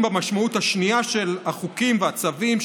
במשמעות השנייה של החוקים והצווים,